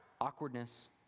Awkwardness